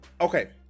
Okay